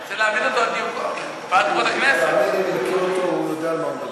הפך לרגע את הרשות, אני קורא לך לסדר פעם שנייה.